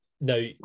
now